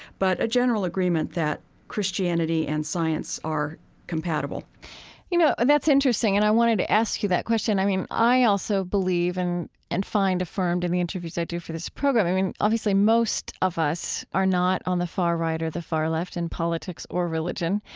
but a general agreement that christianity and science are compatible you know, that's interesting, and i wanted to ask you that question. i mean, i also believe and and find affirmed in the interviews i do for this program, i mean, obviously most of us are not on the far right or the far left in politics or religion.